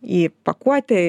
į pakuotę